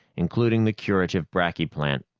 including the curative bracky plant.